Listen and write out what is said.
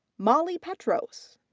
molly petros.